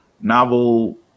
novel